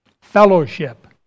fellowship